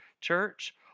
Church